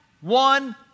one